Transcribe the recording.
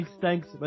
thanks